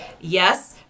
yes